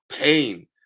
pain